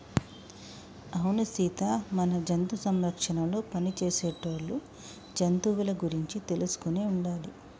అవును సీత మన జంతు సంరక్షణలో పని చేసేటోళ్ళు జంతువుల గురించి తెలుసుకొని ఉండాలి